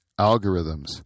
algorithms